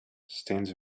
stands